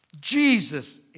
Jesus